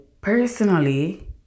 personally